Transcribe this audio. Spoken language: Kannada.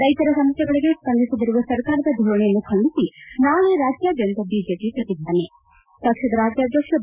ರೈತರ ಸಮಸ್ಯೆಗಳಿಗೆ ಸ್ವಂದಿಸದಿರುವ ಸರ್ಕಾರದ ಧೋರಣೆಯನ್ನು ಖಂಡಿಸಿ ನಾಳೆ ರಾಜ್ಯಾದ್ಯಂತ ಬಿಜೆಪಿ ಪ್ರತಿಭಟನೆ ಪಕ್ಷದ ರಾಜ್ಯಾಧ್ಯಕ್ಷ ಬಿ